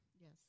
yes